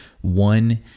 one